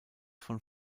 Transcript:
von